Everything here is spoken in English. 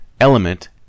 element